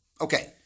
okay